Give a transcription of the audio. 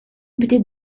petite